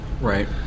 right